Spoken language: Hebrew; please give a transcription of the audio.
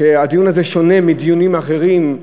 שהדיון הזה שונה מדיונים אחרים,